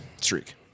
streak